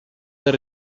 del